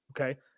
Okay